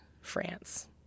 France